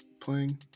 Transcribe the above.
playing